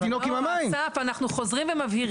אוקיי,